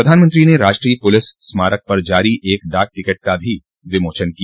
प्रधानमंत्री ने राष्ट्रीय पुलिस स्मारक पर जारी एक डाक टिकट का भी विमोचन किया